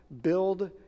build